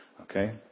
okay